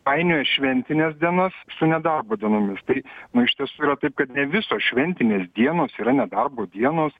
painioja šventines dienas su nedarbo dienomis tai na iš tiesų yra taip kad ne visos šventinės dienos yra nedarbo dienos